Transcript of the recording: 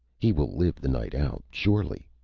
he will live the night out, surely!